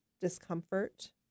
discomfort